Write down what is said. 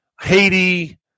Haiti